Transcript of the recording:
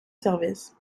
service